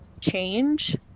change